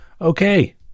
Okay